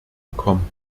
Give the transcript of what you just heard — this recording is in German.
bekommen